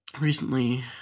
Recently